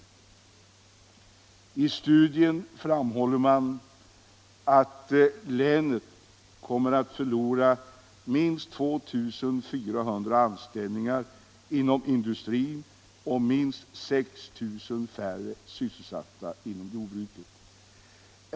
Enligt studien kommer länet att förlora minst 2400 anställningar inom industrin och minst 6 000 anställningar inom jordbruket.